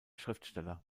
schriftsteller